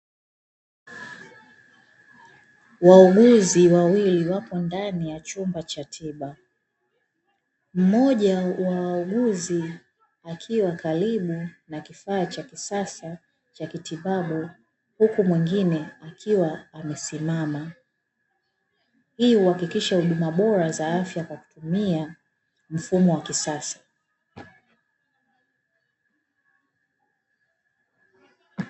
Wauguzi wawili wapo ndani ya chumba cha tiba, mmoja wa wauguzi akiwa karibu na kifaa cha kisasa cha kitibabu huku mwingine akiwa amesimama. Hii huakikisha huduma bora za afya kwa kutumia mfumo wa kisasa.